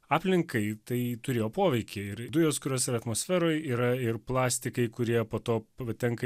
aplinkai tai turėjo poveikį ir dujos kurios yra atmosferoj yra ir plastikai kurie po to patenka